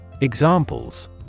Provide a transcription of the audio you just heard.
Examples